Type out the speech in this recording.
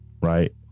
right